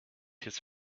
his